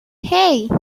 hey